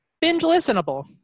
binge-listenable